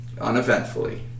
Uneventfully